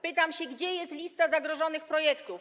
Pytam się, gdzie jest lista zagrożonych projektów?